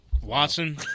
Watson